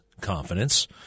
confidence